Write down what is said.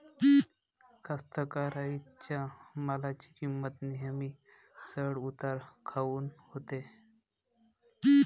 कास्तकाराइच्या मालाची किंमत नेहमी चढ उतार काऊन होते?